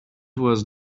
was